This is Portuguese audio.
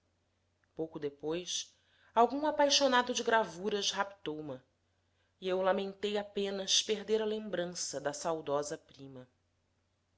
pouco depois algum apaixonado de gravuras raptou ma e eu lamentei apenas perder a lembrança da saudosa prima